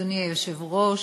אדוני היושב-ראש,